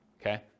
okay